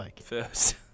first